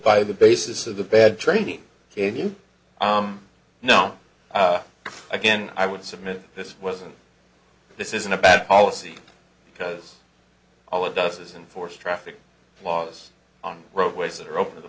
by the basis of the bad training i'm not again i would submit this wasn't this isn't a bad policy because all it does is and force traffic laws on roadways that are open to the